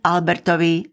Albertovi